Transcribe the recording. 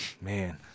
Man